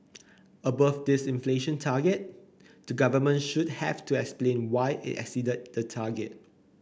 above this inflation target the government should have to explain why it exceeded the target